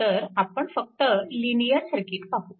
तर आपण फक्त लिनिअर सर्किट पाहू